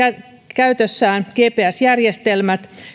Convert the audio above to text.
käytössään gps järjestelmät